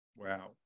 Wow